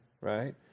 right